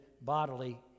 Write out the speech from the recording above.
bodily